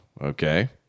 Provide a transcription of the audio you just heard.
okay